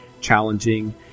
challenging